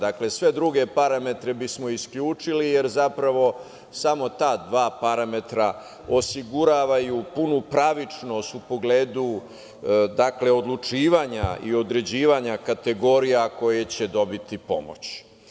Dakle, sve druge parametre bismo isključili, jer zapravo samo ta dva parametra osiguravaju punu pravičnost u pogledu odlučivanja i određivanja kategorija koje će dobiti pomoć.